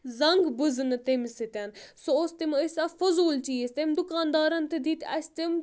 زنٛگ بُزنہٕ تمہ سۭتۍ سُہ اوس تِم ٲسۍ اکھ فضوٗل چیٖز تٔمۍ دُکاندارَن تہِ دِتۍ اَسہِ تِم